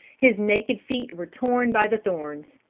his naked feet were torn by the thorns.